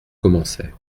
commençait